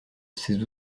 ses